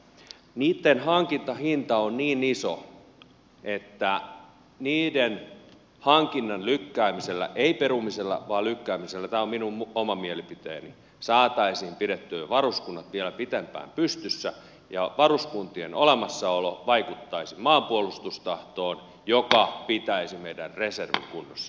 niitten hankintahinta on niin iso että hankinnan lykkäämisellä ei perumisella vaan lykkäämisellä tämä on minun oma mielipiteeni saataisiin pidettyä varuskunnat vielä pitempään pystyssä ja varuskuntien olemassaolo vaikuttaisi maanpuolustustahtoon joka pitäisi meidän reservimme kunnossa